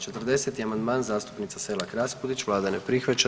40. amandman zastupnice Selak Raspudić, vlada ne prihvaća.